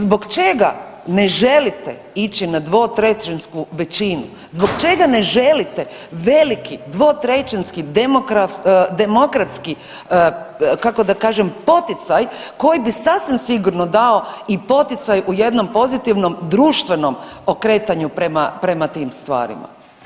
Zbog čega ne želite ići na dvotrećinsku većinu, zbog čega ne želite veliki dvotrećinski demokratski, kako da kažem, poticaj koji bi sasvim sigurno dao i poticaj u jednom pozitivnom društvenom okretanju prema, prema tim stvarima?